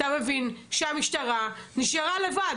אתה מבין שהמשטרה נשארה לבד.